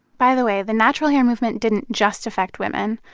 by the way, the natural hair movement didn't just affect women.